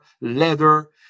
leather